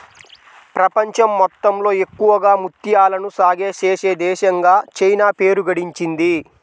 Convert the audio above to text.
ప్రపంచం మొత్తంలో ఎక్కువగా ముత్యాలను సాగే చేసే దేశంగా చైనా పేరు గడించింది